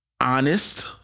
honest